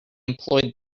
employed